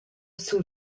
sun